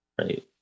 right